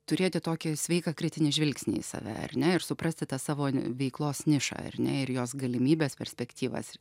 turėti tokį sveiką kritinį žvilgsnį į save ar ne ir suprasti tą savo veiklos nišą ar ne ir jos galimybes perspektyvas ir